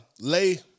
Lay